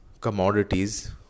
commodities